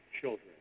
children